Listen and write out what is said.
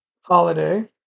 holiday